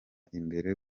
imbere